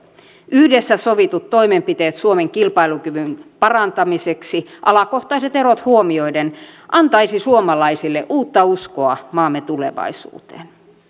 yhdessä sovitut toimenpiteet suomen kilpailukyvyn parantamiseksi alakohtaiset erot huomioiden antaisivat suomalaisille uutta uskoa maamme tulevaisuuteen